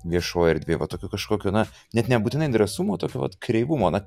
viešoj erdvėj va tokių kažkokių na net nebūtinai drąsumo tokio vat kreivumo na